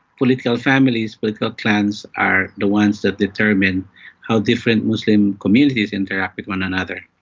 political families, political clans are the ones that determine how different muslim communities interact with one another.